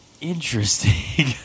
Interesting